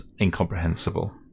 incomprehensible